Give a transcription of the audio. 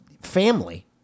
Family